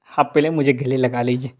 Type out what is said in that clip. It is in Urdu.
آپ پہلے مجھے گلے لگا لیجیے